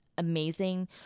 amazing